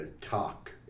talk